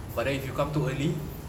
but then if you come too early